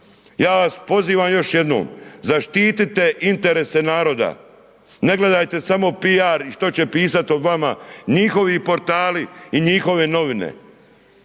Ja vas pozivam još jednom, zaštitite interese naroda, ne gledajte samo PR i što će pisat o vama njihovi portali i njihove novine.